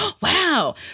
wow